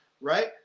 right